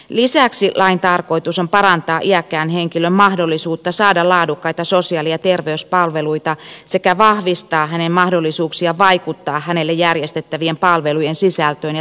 lisäksi lain tarkoitus on parantaa iäkkään henkilön mahdollisuutta saada laadukkaita sosiaali ja terveyspalveluita sekä vahvistaa hänen mahdollisuuksiaan vaikuttaa hänelle järjestettävien palvelujen sisältöön ja toteuttamistapaan